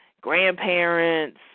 grandparents